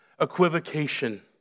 equivocation